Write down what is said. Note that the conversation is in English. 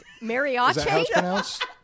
Mariachi